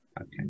Okay